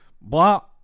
blah